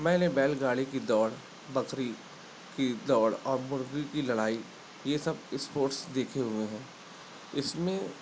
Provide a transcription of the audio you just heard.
میں نے بیل گاڑی کی دوڑ بکری کی دوڑ اور مرغی کی لڑائی یہ سب اسپورٹس دیکھے ہوئے ہیں اس میں